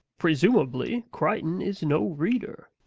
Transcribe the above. presumably crichton is no reader.